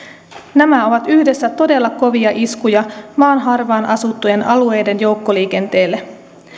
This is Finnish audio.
nämä ovat yhdessä todella kovia iskuja maan harvaan asuttujen alueiden joukkoliikenteelle